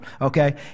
okay